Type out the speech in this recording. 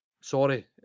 sorry